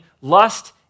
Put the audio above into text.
lust